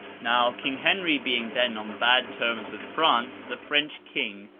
now, king henry being then on bad terms with france, the french king,